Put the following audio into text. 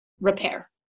repair